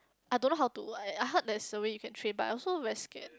I don't know how to like I heard there's a way you can trade but I also very scared